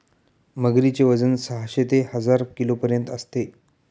मगरीचे वजन साहशे ते हजार किलोपर्यंत असते